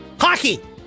Hockey